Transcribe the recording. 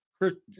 Christian